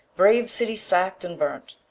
brave cities sack'd and burnt,